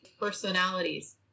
personalities